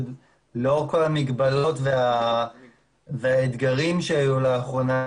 לאור כל המגבלות והאתגרים שהיו לאחרונה,